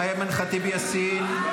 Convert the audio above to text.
אימאן ח'טיב יאסין,